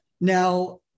Now